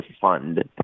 fund